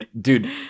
Dude